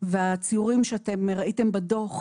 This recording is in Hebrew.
והציורים שאתם שראיתם בדוח,